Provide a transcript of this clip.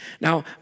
Now